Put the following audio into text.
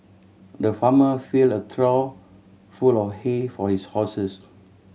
the farmer filled a trough full of hay for his horses